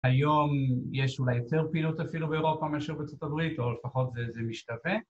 ‫היום יש אולי יותר פעילות אפילו באירופה ‫מאשר בארצות הברית, או לפחות זה, זה משתווה.